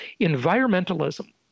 environmentalism